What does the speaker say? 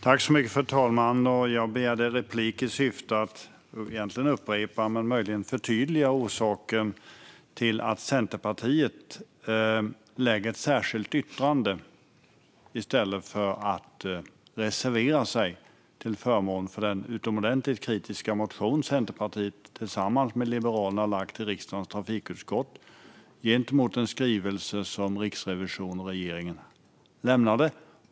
Fru talman! Jag begärde replik i syfte att egentligen upprepa, men möjligen förtydliga, orsaken till att Centerpartiet har ett särskilt yttrande i stället för att reservera sig till förmån för den utomordentligt kritiska motion som Centerpartiet tillsammans med Liberalerna har väckt i riksdagens trafikutskott gentemot den skrivelse som Riksrevisionen och regeringen lämnade.